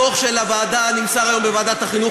הדוח של הוועדה נמסר היום בוועדת החינוך.